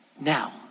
now